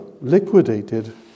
liquidated